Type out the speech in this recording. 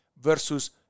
versus